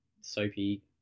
soapy